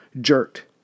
jerked